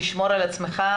תשמור על עצמך,